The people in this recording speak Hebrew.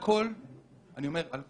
על איזה סעיף?